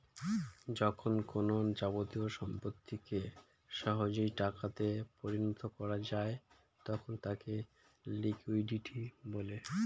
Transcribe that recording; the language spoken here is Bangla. যখন কোনো যাবতীয় সম্পত্তিকে সহজেই টাকা তে পরিণত করা যায় তখন তাকে লিকুইডিটি বলে